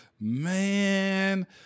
Man